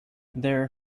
their